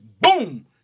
boom